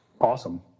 awesome